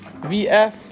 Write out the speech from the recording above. VF